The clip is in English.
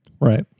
Right